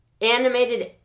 animated